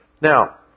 Now